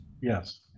Yes